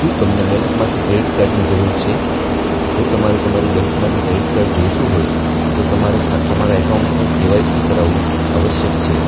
શું તમને બેંકમાંથી ક્રેડિટ કાર્ડની જરૂર છે જો તમારે તમારી બેંકમાંથી ક્રેડિટ કાર્ડ જોઈતું હોય તો તમારે ખાલી તમારા એકાઉન્ટનું કેવાયસી કરાવવું આવશ્યક છે